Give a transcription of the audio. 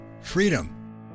freedom